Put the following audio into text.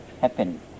happen